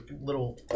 little